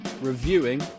reviewing